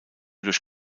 durch